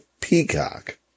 Peacock